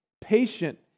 Patient